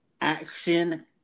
action